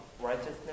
righteousness